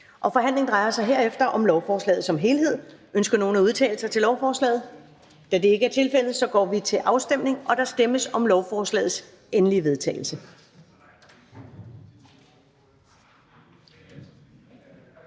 Forhandlingen drejer sig herefter om lovforslaget som helhed. Ønsker nogen at udtale sig om lovforslaget? Da det ikke er tilfældet, går vi til afstemning. Kl. 13:13 Afstemning Første